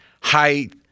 height